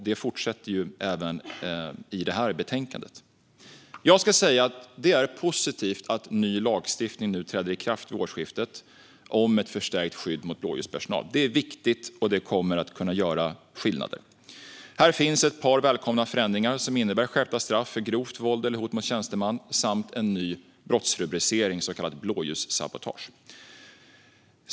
Det fortsätter i detta betänkande. Det är positivt att ny lagstiftning om ett förstärkt skydd för blåsljuspersonal träder i kraft vid årsskiftet. Det är viktigt, och det kommer att göra skillnad. Här finns ett par välkomna förändringar som innebär skärpta straff för grovt våld eller hot mot tjänsteman samt en ny brottsrubricering för så kallat blåljussabotage.